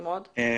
לא,